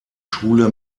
schule